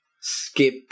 skip